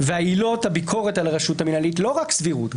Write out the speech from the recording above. ועילות הביקורת על הרשות המינהלית לא רק סבירות,